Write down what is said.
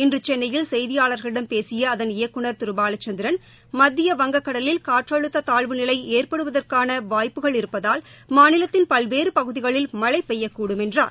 இன்று சென்னையில் செய்தியாளர்களிடம் பேசிய அதன் இயக்குநர் திரு பாலச்சந்திரன் மத்திய வங்கக்கடலில் காற்றழுத்த தாழ்வுநிலை ஏற்படுவதற்கான வாய்ப்புகள் இருப்பதால் மாநிலத்தின் பல்வேறு பகுதிகளில் மழை பெய்யக்கூடும் என்றார்